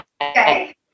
Okay